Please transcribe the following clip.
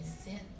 sin